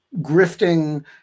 grifting